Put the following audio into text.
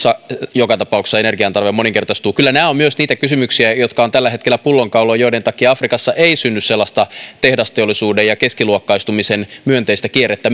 joka tapauksessa energian tarve moninkertaistuu kyllä nämä ovat myös niitä kysymyksiä jotka ovat tällä hetkellä pullonkauloja joiden takia afrikassa ei synny sellaista tehdasteollisuuden ja keskiluokkaistumisen myönteistä kierrettä